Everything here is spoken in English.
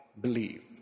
believe